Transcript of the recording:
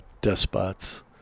despots